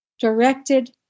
Directed